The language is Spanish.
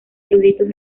eruditos